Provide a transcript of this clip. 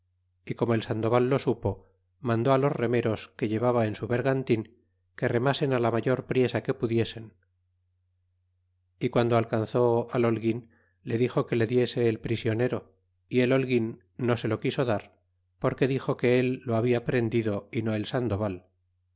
y como el sandoval lo supo mandó los remeros que llevaba en su bergantin que remasen la mayor priesa que pudiesen y piando alcanzó al holguin le dixo que le diese el prisionero y el holguin no se lo quiso dar porque dixo que él lo habia prendido y no el sandoval